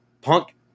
Punk